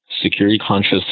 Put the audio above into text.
security-conscious